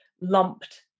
lumped